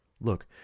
Look